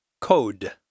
Code